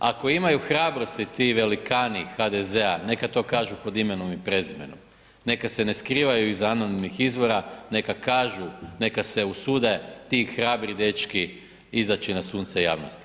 Ako imaju hrabrosti ti velikani HDZ-a neka to kažu pod imenom i prezimenom, neka se ne skrivaju iza anonimnih izvora, neka kažu, nekada se usude ti hrabri dečki izaći na sunce javnosti.